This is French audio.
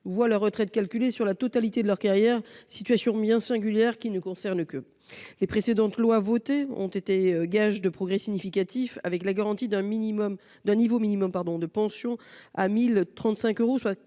voient leur retraite calculée sur la totalité de leur carrière : une situation bien singulière, qui ne concerne qu'eux. Les lois Chassaigne ont été gages de progrès significatifs, avec la garantie d'un niveau minimum de pension de 1 035 euros, soit